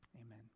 Amen